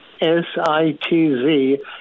S-I-T-Z